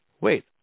wait